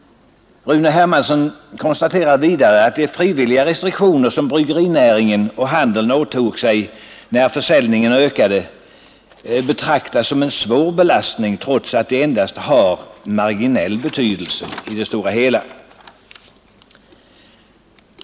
Rune Hermansson konstaterar vidare att de frivilliga restriktioner som bryggerinäringen och handeln åtog sig när försäljningen ökade, betraktas som en svår belastning trots att de endast har marginell betydelse i det stora hela.